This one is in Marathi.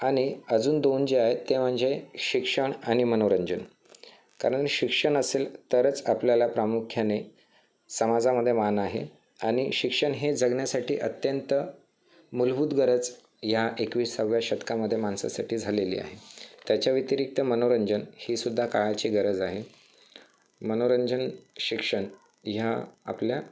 आणि अजून दोन जे आहेत ते म्हणजे शिक्षण आणि मनोरंजन कारण शिक्षण असेल तरच आपल्याला प्रामुख्याने समाजामध्ये मान आहे आणि शिक्षण हे जगण्यासाठीअत्यंत मूलभूत गरज ह्या एकविसाव्या शतकामध्ये मानसासाटी झालेली आहे त्याच्या व्यतिरिक्त मनोरंजन ही सुद्धा काळाची गरज आहे मनोरंजन शिक्षण ह्या आपल्या